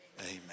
amen